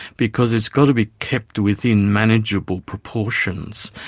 because it's got to be kept within manageable proportions.